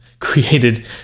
created